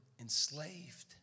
enslaved